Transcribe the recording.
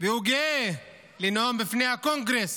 הוא גאה לנאום בפני הקונגרס.